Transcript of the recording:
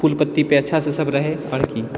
फूल पत्तीपर अच्छासँ सब रहै आओर की